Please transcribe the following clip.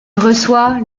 reçoit